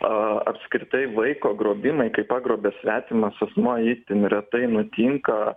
a apskritai vaiko grobimai kaip pagrobia svetimas asmuo itin retai nutinka